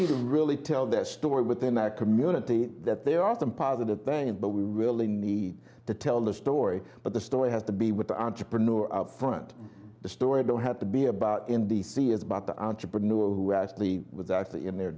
didn't really tell the story within our community that there are some positive things but we really need to tell the story but the story has to be with the entrepreneur out front the story don't have to be about in d c is about the entrepreneur who has to be with that in there